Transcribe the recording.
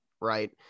Right